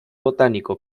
botánico